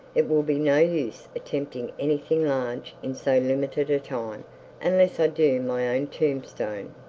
it will be no use attempting anything large in so limited a time unless i do my own tombstone